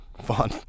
Fun